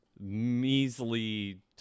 measly